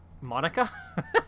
Monica